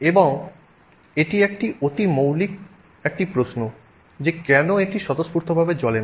এবং এটি একটি অতি মৌলিক একটি প্রশ্ন যে কেন এটি স্বতঃস্ফূর্তভাবে জ্বলে না